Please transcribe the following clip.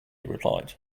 replied